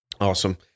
Awesome